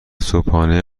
صبحانه